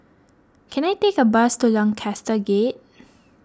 can I take a bus to Lancaster Gate